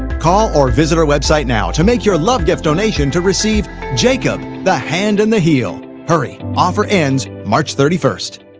call or visit our website now to make your love gift donation to receive jacob the hand and the heel. hurry, offer ends march thirty first.